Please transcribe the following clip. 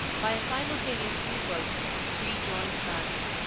by a simultaneous impulse the three joined hands.